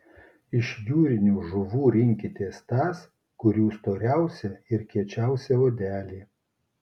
iš jūrinių žuvų rinkitės tas kurių storiausia ir kiečiausia odelė